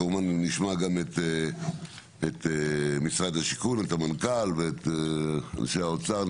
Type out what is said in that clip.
כמובן נשמע גם את משרד השיכון את המנכ"ל ואת אנשי האוצר.